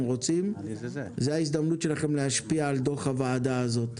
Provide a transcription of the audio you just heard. רוצים זאת ההזדמנות שלכם להשפיע על דוח הוועדה הזאת.